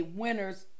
winner's